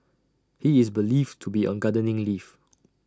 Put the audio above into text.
he is believed to be on gardening leave